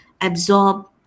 absorb